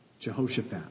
Jehoshaphat